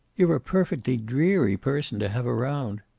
you're a perfectly dreary person to have around.